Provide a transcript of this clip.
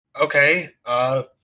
okay